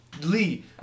Lee